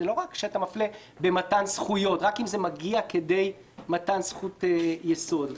לא רק שאתה מפלה במתן זכויות רק אם זה מגיע כדי מתן זכות יסוד.